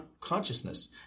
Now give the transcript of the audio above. consciousness